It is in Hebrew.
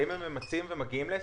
האם הם ממצים ומגיעים ל-20%.